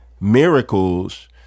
miracles